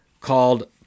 called